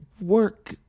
work